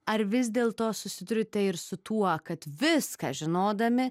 ar vis dėlto susiduriate ir su tuo kad viską žinodami